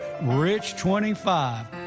Rich25